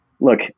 look